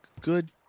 Good